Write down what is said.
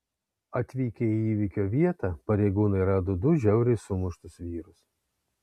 atvykę į įvykio vietą pareigūnai rado du žiauriai sumuštus vyrus